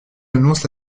annonce